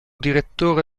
direttore